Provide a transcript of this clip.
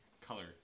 color